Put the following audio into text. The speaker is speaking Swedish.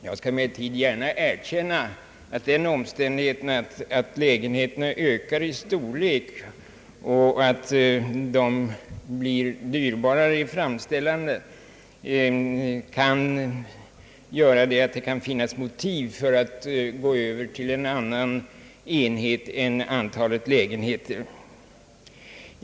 Jag skall emellertid gärna erkänna, att den omständigheten att lägenheterna ökar i storlek och får högre standard kan utgöra motiv för att övergå till en annan enhet än antalet lägenheter.